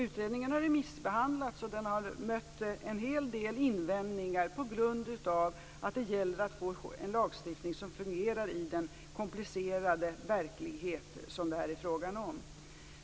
Utredningen har remissbehandlats, och den har mött en hel del invändningar på grund av att det gäller att få en lagstiftning som fungerar i den komplicerade verklighet som det här är fråga om.